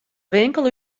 winkel